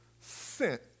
sent